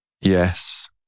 Yes